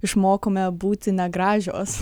išmokome būti negražios